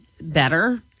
better